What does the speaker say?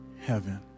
heaven